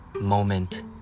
moment